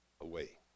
away